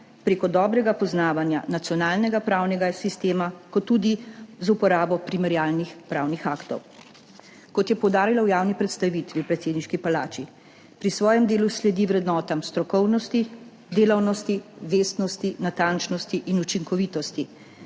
prek dobrega poznavanja nacionalnega pravnega sistema ter tudi z uporabo primerjalnih pravnih aktov. Kot je poudarila v javni predstavitvi v predsedniški palači, pri svojem delu sledi vrednotam strokovnosti, delavnosti, vestnosti, natančnosti in učinkovitosti.